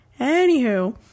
anywho